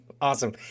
awesome